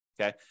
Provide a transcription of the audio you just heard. Okay